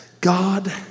God